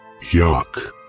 Yuck